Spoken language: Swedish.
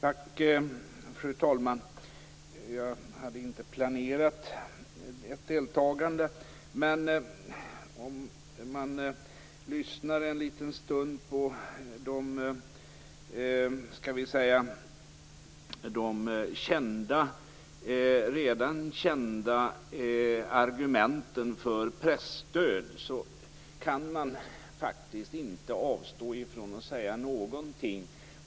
Fru talman! Jag hade egentligen inte planerat att delta i den här debatten. Men efter att en stund ha lyssnat på de redan kända argumenten för presstöd kan jag faktiskt inte avstå från att säga några ord.